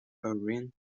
irene